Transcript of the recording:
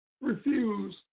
refuse